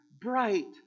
bright